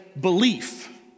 belief